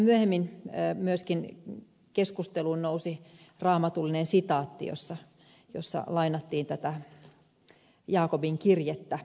vähän myöhemmin myöskin keskusteluun nousi raamatullinen sitaatti jossa lainattiin jaakobin kirjettä